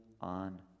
on